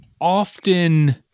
often